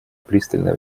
пристальное